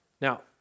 Now